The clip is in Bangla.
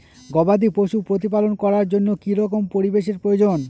গবাদী পশু প্রতিপালন করার জন্য কি রকম পরিবেশের প্রয়োজন?